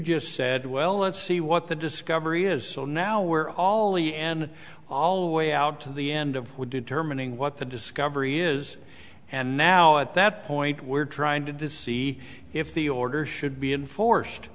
just said well let's see what the discovery is so now we're all the end all the way out to the end of wood determining what the discovery is and now at that point we're trying to the see if the order should be enforced